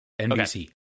NBC